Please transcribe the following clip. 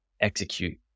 execute